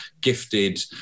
gifted